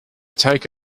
take